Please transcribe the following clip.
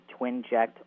TwinJect